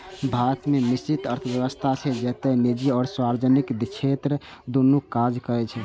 भारत मे मिश्रित अर्थव्यवस्था छै, जतय निजी आ सार्वजनिक क्षेत्र दुनू काज करै छै